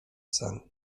sen